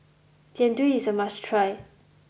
Jian Dui is a must try